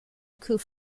coupe